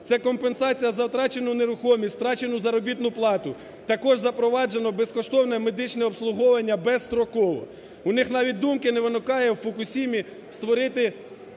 це компенсація за втрачену нерухомість, втрачену заробітну плату. Також запроваджено безкоштовне медичне обслуговування безстроково. У них навіть думки не виникає у Фукусімі створити